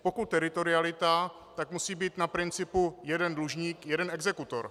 Pokud teritorialita, tak musí být na principu jeden dlužník jeden exekutor.